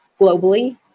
globally